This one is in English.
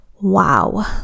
wow